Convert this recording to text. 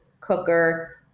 cooker